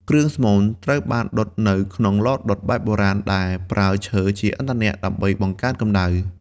គ្រឿងស្មូនត្រូវបានដុតនៅក្នុង ឡដុត បែបបុរាណដែលប្រើឈើជាឥន្ធនៈដើម្បីបង្កើតកំដៅ។